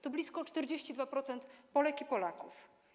To blisko 42% Polek i Polaków.